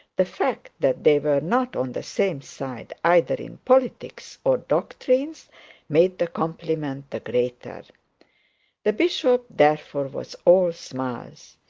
the fact that they were not on the same side either in politics or doctrines made the compliment the greater. the bishop, therefore, was all smiles.